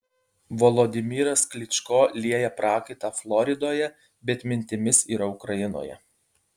volodymyras klyčko lieja prakaitą floridoje bet mintimis yra ukrainoje